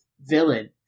villain